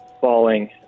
falling